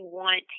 want